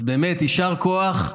באמת יישר כוח,